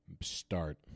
start